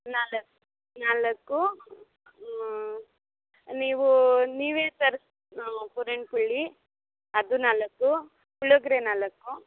ನಾಲ್ಕು ನಾಲ್ಕು ನೀವು ನೀವೇ ತರಿಸ್ ಹಾಂ ಪೂರಣ್ ಪುಳ್ಳಿ ಅದು ನಾಲ್ಕು ಪುಳ್ಯೋಗರೆ ನಾಲ್ಕು